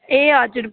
ए हजुर